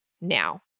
now